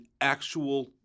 actual